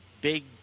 big